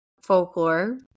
folklore